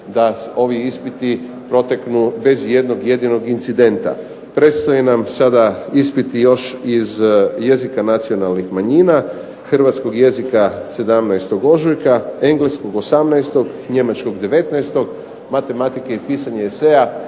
da ovi ispiti proteknu bez ijednog jedinog incidenta. Predstoje nam sada ispiti još iz jezika nacionalnih manjina, hrvatskog jezika 17. ožujka, engleskog 18., njemačkog 19. matematike i pisanje eseja